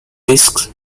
risks